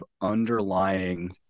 underlying